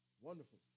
wonderful